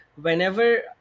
whenever